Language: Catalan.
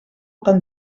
tan